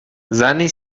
زنی